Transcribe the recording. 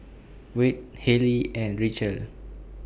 Wade Halley and Richelle